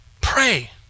Pray